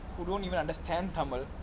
who don't even understand tamil